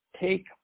take